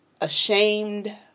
ashamed